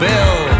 Bill